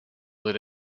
lit